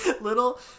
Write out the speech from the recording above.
little